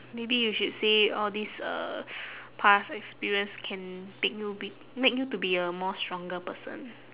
maybe you should say all these uh past experience can pick you pick make you to be a more stronger person